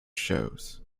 shows